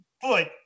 foot